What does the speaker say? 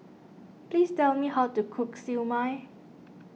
please tell me how to cook Siew Mai